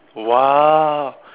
!wah!